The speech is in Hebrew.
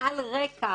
על רקע